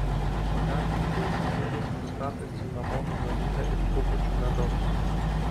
pagardink gvazdikėliais muskatais cinamonu vanile ir trupučiu medaus